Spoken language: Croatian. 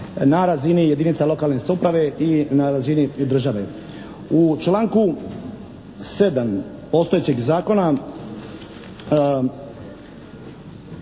na razini jedinica lokalne samouprave i na razini države. U članku 7. postojećeg zakona